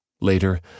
Later